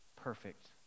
perfect